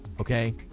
okay